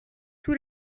tous